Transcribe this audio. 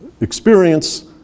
experience